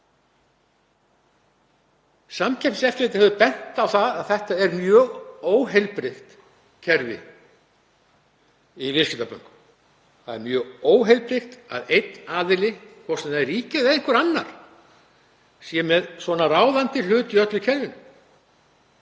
Samkeppniseftirlitið hefur bent á að þetta sé mjög óheilbrigt kerfi í viðskiptabönkum. Það er mjög óheilbrigt að einn aðili, hvort sem það er ríkið eða einhver annar, sé með svona ráðandi hlut í öllu kerfinu.